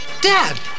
Dad